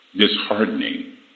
disheartening